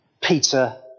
Peter